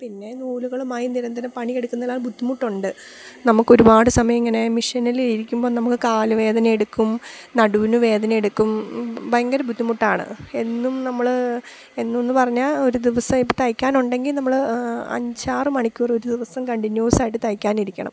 പിന്നെ നൂലുകളുമായി നിരന്തരം പണിയെടുക്കുന്നതിൽ ആ ബുദ്ധിമുട്ടുണ്ട് നമുക്ക് ഒരുപാട് സമയം ഇങ്ങനെ മിഷ്യനിൽ ഇരിക്കുമ്പോൾ നമുക്ക് കാലുവേദന എടുക്കും നടുവിനു വേദന എടുക്കും ഭയങ്കര ബുദ്ധിമുട്ടാണ് എന്നും നമ്മൾ എന്നുമെന്നു പറഞ്ഞാൽ ഒരു ദിവസം ഇപ്പോൾ തയ്ക്കാനുണ്ടെങ്കിൽ നമ്മൾ അഞ്ചാറു മണിക്കൂർ ഒരു ദിവസം കണ്ടിന്യൂസായിട്ട് തയ്ക്കാനിരിക്കണം